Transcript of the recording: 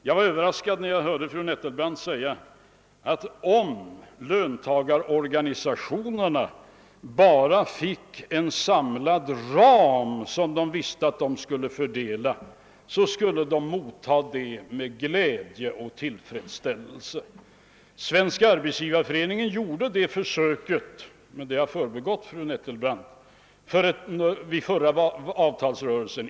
Jag blev överraskad när jag hörde fru Nettelbrandt säga att löntagarnas organisationer skulle känna glädje och tillfredsställelse om vi angåve en ram för de' samlade resurser som de skulle fördela. Ja, Svenska arbetsgivareföreningen har gjort ett sådant försök, men det har förbigått fru Nettelbrandt.